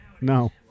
No